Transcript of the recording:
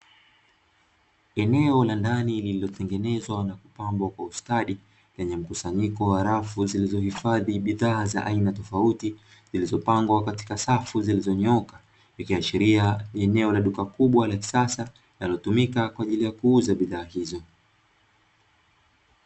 Eneo la ndani lililotengenezwa na kupambwa kwa ustadi, lenye mkusanyiko wa rafu zilizohifadhi bidhaa za aina tofauti, zilizopangwa katika safu zilizonyoka, ikiashiria eneo la duka kubwa la kisasa linalotumika kwa ajili ya kuuza bidhaa hizo.